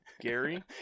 Gary